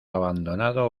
abandonado